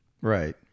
Right